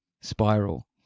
spiral